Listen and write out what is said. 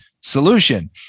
solution